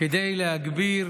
כדי להגביר